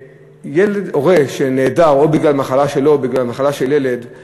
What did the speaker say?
הורה שנעדר, או בגלל מחלה שלו או